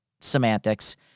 semantics